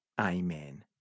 Amen